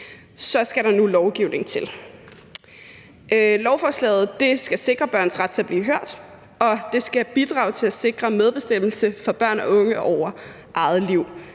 skal der nu lovgivning til. Lovforslaget skal sikre børns ret til at blive hørt, og det skal bidrage til at sikre medbestemmelse for børn og unge over eget liv.